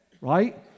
Right